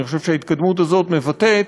אני חושב שההתקדמות הזאת מבטאת,